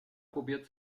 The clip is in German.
probiert